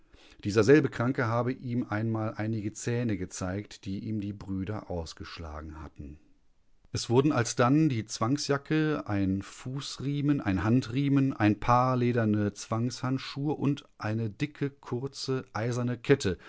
dieser selbe kranke habe ihm einmal einige zähne gezeigt die ihm die brüder ausgeschlagen hatten es wurden alsdann die zwangsjacke ein fußriemen ein handriemen ein paar lederne zwangshandschuhe und eine dicke kurze eiserne kette